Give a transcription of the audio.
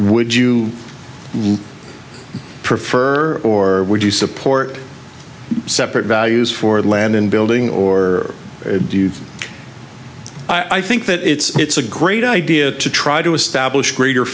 would you really prefer or would you support separate values for land and building or do you i think that it's a great idea to try to establish greater